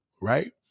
right